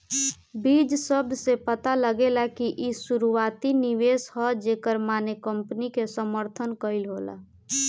बीज शब्द से पता लागेला कि इ शुरुआती निवेश ह जेकर माने कंपनी के समर्थन कईल होला